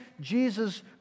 Jesus